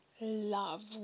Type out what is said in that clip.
love